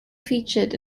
featured